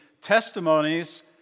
testimonies